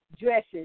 dresses